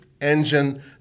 engine